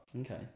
Okay